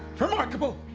remarkable!